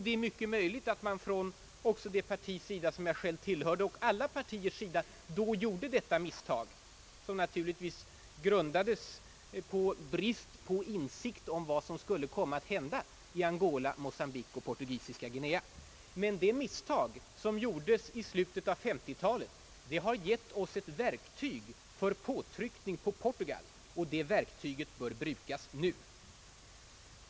Det är mycket möjligt att både det parti, som jag själv tillhör, och alla andra partier då gjorde detta misstag, som naturligtvis har sin förklaring i bristande insikt om vad som skulle komma att hända i Angola, Mocambique och Portugisiska Guinea. Men det misstag som gjordes i slutet på 50-talet har gett oss ett verktyg för påtryckning på Portugal. Det verktyget bör brukas nu.